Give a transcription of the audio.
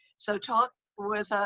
so, talk with,